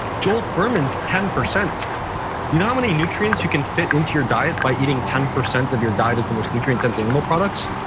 joel fuhrman's ten, you know how many nutrients you can fit into your diet by eating ten percent of your diet as the most nutrient dense animal products?